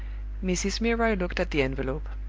mrs. milroy looked at the envelope.